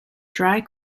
dry